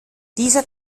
dieser